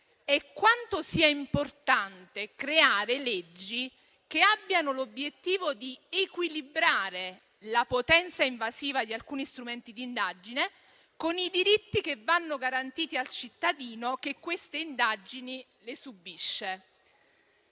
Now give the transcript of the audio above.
è quanto sia importante creare leggi che abbiano l'obiettivo di equilibrare la potenza invasiva di alcuni strumenti di indagine con i diritti che vanno garantiti al cittadino che queste indagini le subisce.